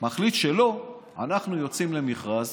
מחליט שלא, אנחנו יוצאים למכרז